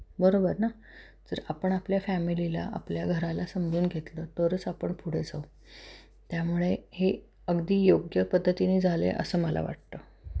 बरोबर ना जर आपण आपल्या फॅमिलीला आपल्या घराला समजून घेतलं तरच आपण पुढे जाऊ त्यामुळे हे अगदी योग्य पद्धतीने झालं आहे असं मला वाटतं